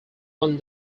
one